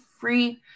free